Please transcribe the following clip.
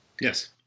yes